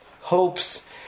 hopes